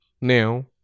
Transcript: Now